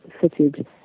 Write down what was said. fitted